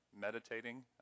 meditating